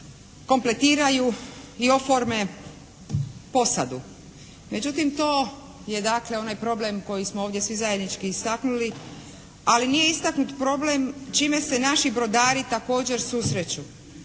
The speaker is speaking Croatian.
kompletiraju i oforme posadu. Međutim, to je dakle onaj problem koji smo ovdje svi zajednički istaknuli, ali nije istaknut problem čime se naši brodari također susreću